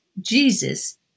Jesus